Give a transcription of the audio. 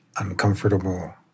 uncomfortable